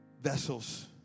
vessels